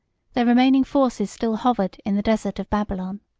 their remaining forces still hovered in the desert of babylon.